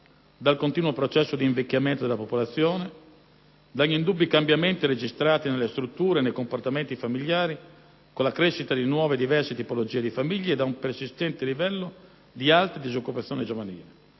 dal continuo processo di invecchiamento della popolazione, dagli indubbi cambiamenti registrati nelle strutture e nei comportamenti familiari con la crescita di nuove e diverse tipologie di famiglie e da un persistente livello di alta disoccupazione giovanile.